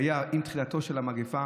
שהיה עם תחילתה של המגפה